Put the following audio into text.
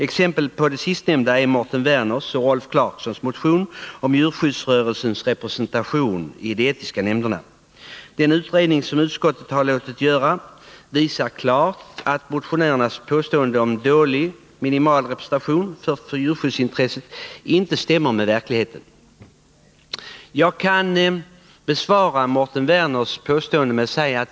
Exempel på det sistnämnda är Mårten Werners och Rolf Clarksons motion om djurskyddsrörelsens representation i de etiska nämnderna. Den utredning som utskottet har låtit göra visar klart att motionärernas påstående om minimal representation för djurskyddsintressena inte överensstämmer med verkligheten. I sitt anförande hade Mårten Werner rätt på en punkt.